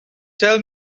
tell